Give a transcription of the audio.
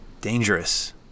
dangerous